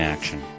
Action